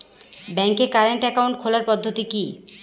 ব্যাংকে current account খোলার পদ্ধতি কি?